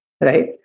right